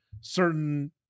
certain